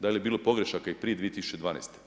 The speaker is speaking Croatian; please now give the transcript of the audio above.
Da li je bilo pogrešaka i prije 2012.